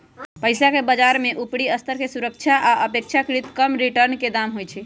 पइसाके बजार में उपरि स्तर के सुरक्षा आऽ अपेक्षाकृत कम रिटर्न के दाम होइ छइ